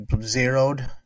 zeroed